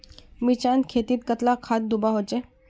मिर्चान खेतीत कतला खाद दूबा होचे?